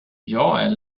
eller